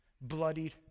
bloodied